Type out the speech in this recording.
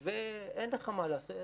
לסימפטומטיים ואין לך מה לעשות,